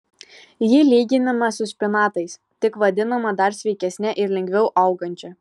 ji lyginama su špinatais tik vadinama dar sveikesne ir lengviau augančia